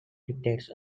dictates